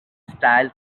style